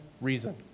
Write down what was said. reason